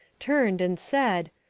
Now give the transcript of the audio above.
turned and said,